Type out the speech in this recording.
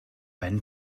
been